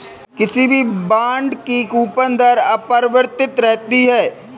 किसी भी बॉन्ड की कूपन दर अपरिवर्तित रहती है